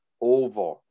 over